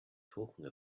talking